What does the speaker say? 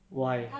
why